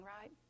right